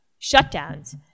shutdowns